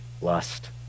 lust